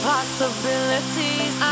Possibilities